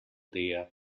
dia